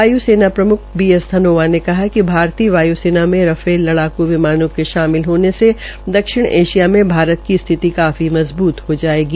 वाय्सेना प्रमुख B S Dhanoa ने कहा है कि भारतीय वाय्सेना में रफाल लड़ाक् विमानों के शामिल होने से दक्षिण एशिया में भारत की स्थिति काफी मजबूत हो जायेगी